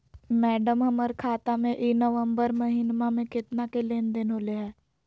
madam, हमर खाता में ई नवंबर महीनमा में केतना के लेन देन होले है